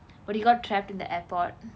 but he got trapped in the airport